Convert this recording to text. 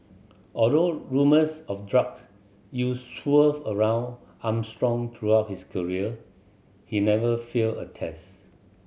although rumours of drugs use swirled around Armstrong throughout his career he never failed a test